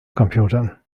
computern